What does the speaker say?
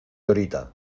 horita